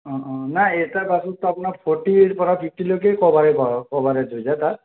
অঁ অঁ নাই এটা বাছতটো আপোনাৰ ফ'ৰটীৰ পৰা ফিফটিলৈকে ক'ভাৰে কৰক ক'ভাৰেজ হৈ যায় তাত